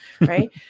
right